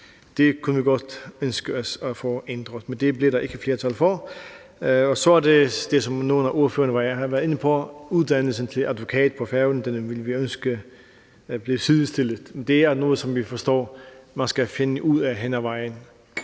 Det kunne vi godt ønske os at få ændret, men det blev der ikke flertal for. Og så er det, som nogle af ordførerne har været inde på, uddannelsen til advokat i Færøerne, som vi ville ønske blev sidestillet. Det er noget, som vi forstår man skal finde ud af hen ad vejen,